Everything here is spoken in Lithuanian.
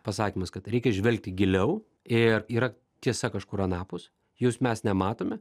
pasakymas kad reikia žvelgti giliau ir yra tiesa kažkur anapus jūs mes nematome